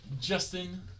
Justin